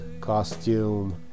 Costume